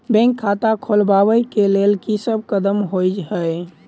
Bank खाता खोलबाबै केँ लेल की सब कदम होइ हय?